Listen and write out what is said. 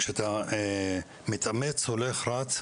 כשאתה מתאמץ, הולך, רץ,